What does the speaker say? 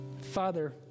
Father